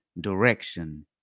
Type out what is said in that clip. direction